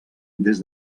des